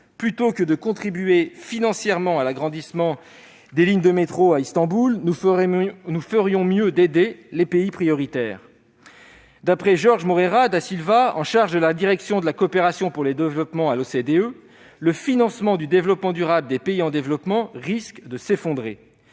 Plutôt que de contribuer financièrement à l'agrandissement des lignes de métro d'Istanbul, nous ferions mieux d'aider les pays prioritaires. D'après Jorge Moreira da Silva, chargé de la direction de la coopération pour le développement à l'OCDE, « le financement du développement durable des pays en développement risque de s'effondrer